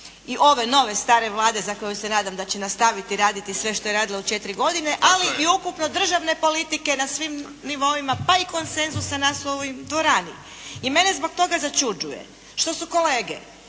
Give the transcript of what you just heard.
i ove nove stare Vlade za koju se nadam da će nastaviti raditi sve što je radila u 4 godine, ali i ukupno državne politike na svim nivoima, pa i konsenzusa nas u ovoj dvorani. I mene zbog toga začuđuje što su kolege